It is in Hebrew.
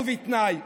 ובתנאי,